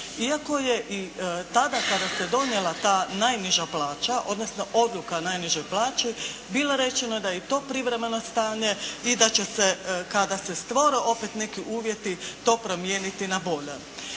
Iako je i tada kada se donijela ta najniža plaća odnosno Odluka o najnižoj plaći bilo rečeno da je i to privremeno stanje i da će se kada se stvore opet neki uvjeti to promijeniti na bolje.